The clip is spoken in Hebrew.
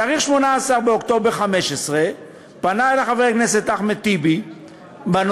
בתאריך 18 באוקטובר 2015 פנה אלי חבר הכנסת אחמד טיבי בנושא,